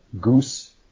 goose